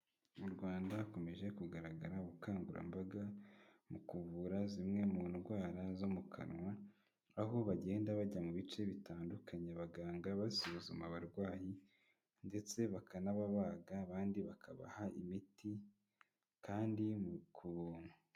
Mu Rwanda hakomeje kugaragara ubukangurambaga, mu kuvura zimwe mu ndwara zo mu kanwa, aho bagenda bajya mu bice bitandukanye abaganga, basuzuma abarwayi, ndetse bakanababaga abandi bakabaha imiti, kandi ku buntu.